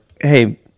hey